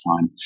time